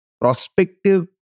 prospective